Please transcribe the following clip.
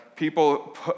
People